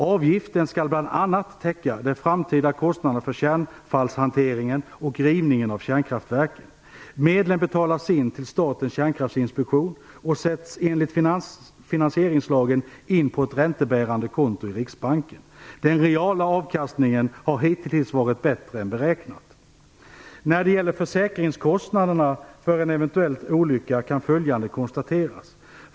Avgiften skall bl.a. täcka de framtida kostnaderna för kärnavfallshanteringen och rivningen av kärnkraftverken. Medlen betalas in till Statens kärnkraftsinspektion och sätts enligt finansieringslagen in på ett räntebärande konto i Riksbanken. Den reala avkastningen har hittills varit bättre än beräknat. När det gäller försäkringskostnaderna för en eventuell olycka kan följande konstateras.